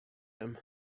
him